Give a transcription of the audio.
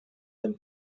them